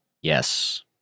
Yes